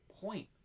point